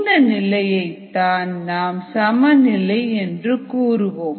இந்த நிலையைத் தான் நாம் சமநிலை என்று கூறுவோம்